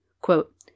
quote